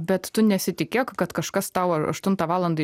bet tu nesitikėk kad kažkas tau ar aštuntą valandą